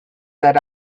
that